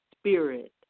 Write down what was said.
spirit